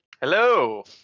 Hello